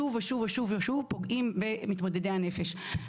שוב ושוב פוגעים במתמודדי הנפש.